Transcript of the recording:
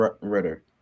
Ritter